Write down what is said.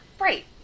Right